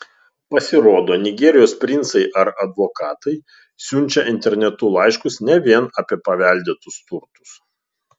pasirodo nigerijos princai ar advokatai siunčia internetu laiškus ne vien apie paveldėtus turtus